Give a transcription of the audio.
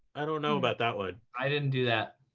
i don't know about that one. i didn't do that.